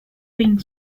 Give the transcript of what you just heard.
wing